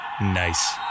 Nice